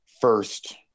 first